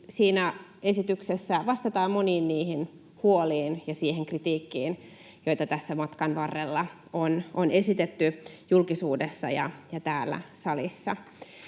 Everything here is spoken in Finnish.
esityksessä vastataan moniin niihin huoliin ja siihen kritiikkiin, joita tässä matkan varrella on esitetty julkisuudessa ja täällä salissa.